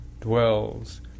dwells